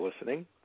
listening